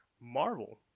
Marvel